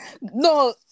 no